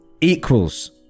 equals